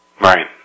Right